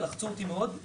לחצו אותי מאוד.